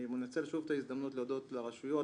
אני מנצל שוב את ההזדמנות להודות לרשויות,